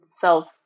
self